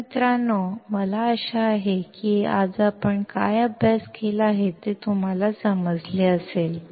तर मित्रांनो मला आशा आहे की आपण आज काय अभ्यास केला आहे ते तुम्हाला समजले असेल